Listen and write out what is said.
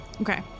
Okay